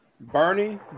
Bernie